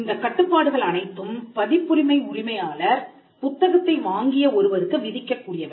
இந்தக் கட்டுப்பாடுகள் அனைத்தும் பதிப்புரிமை உரிமையாளர் புத்தகத்தை வாங்கிய ஒருவருக்கு விதிக்க கூடியவை